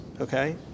Okay